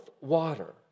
water